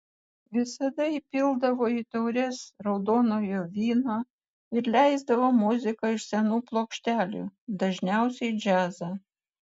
visada įpildavo į taures raudonojo vyno ir leisdavo muziką iš senų plokštelių dažniausiai džiazą